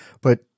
But-